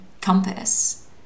compass